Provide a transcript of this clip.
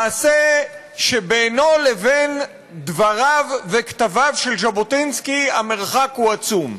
מעשה שבינו לבין דבריו וכתביו של ז'בוטינסקי המרחק הוא עצום.